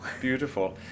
beautiful